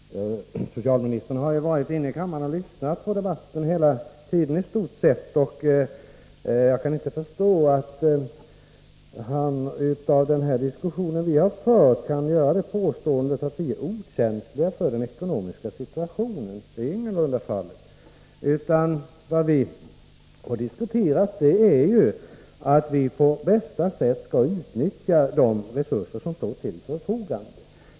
Fru talman! Socialministern har varit inne i kammaren och lyssnat på debatten i stort sett hela tiden. Jag kan inte förstå att han efter den diskussion som vi har fört kan göra påståendet att vi är okänsliga för den ekonomiska situationen. Det är ingalunda fallet. Vad vi har diskuterat är ju att vi på bästa sätt skall utnyttja de resurser som står till förfogande!